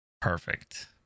Perfect